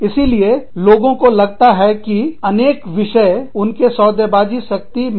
इसीलिए लोगों को लगता है कि अनेक विषय उनके सौदेबाजी सौदेकारी शक्ति में बाधा पहुंचाते हैं